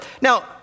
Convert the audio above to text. Now